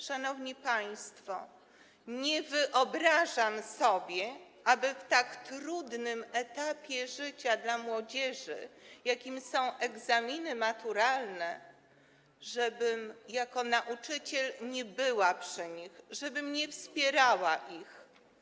Szanowni państwo, nie wyobrażam sobie, abym na tak trudnym etapie życia dla młodzieży, jakim są egzaminy maturalne, jako nauczyciel nie była przy nich, abym nie wspierała ich.